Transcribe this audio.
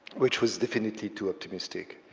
which was definitely too optimistic.